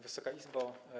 Wysoka Izbo!